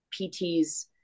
PTs